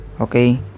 okay